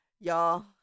Y'all